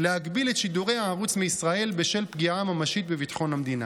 להגביל את שידורי הערוץ מישראל בשל פגיעה ממשית בביטחון המדינה,